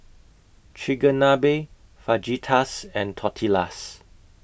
Chigenabe Fajitas and Tortillas